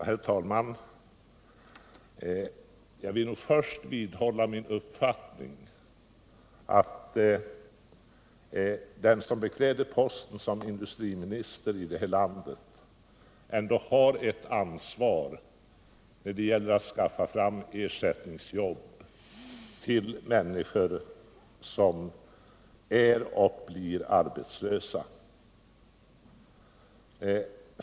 Herr talman! Jag vill först vidhålla min uppfattning att den som bekläder posten som industriminister i vårt land ändå har ett ansvar när det gäller att skaffa fram ersättningsjobb till människor som är eller blir arbetslösa.